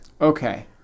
Okay